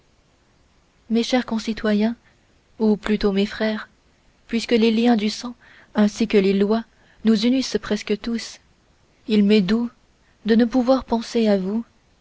mes chers concitoyens ou plutôt mes frères puisque les liens du sang ainsi que les lois nous unissent presque tous il m'est doux de ne pouvoir penser à vous